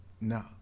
no